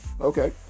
Okay